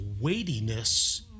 weightiness